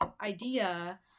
idea